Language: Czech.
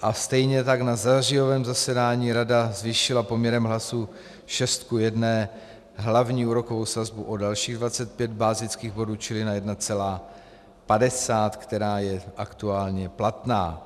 A stejně tak na zářijovém zasedání rada zvýšila poměrem hlasů 6:1 hlavní úrokovou sazbu o dalších 25 bazických bodů, čili na 1,50, která je aktuálně platná.